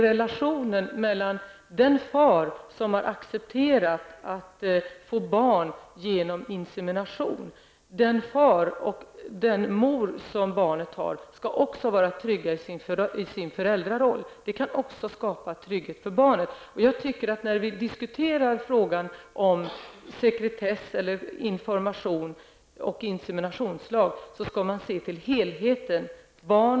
Den far som har accepterat att få barn genom insemination och den mor som barnet har skall också vara trygga i sin föräldraroll. Det kan också skapa trygghet för barnet. När vi diskuterar frågan om sekretess eller information och inseminationslag skall man se till helheten